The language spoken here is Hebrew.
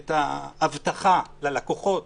את ההבטחה ללקוחות,